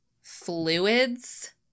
fluids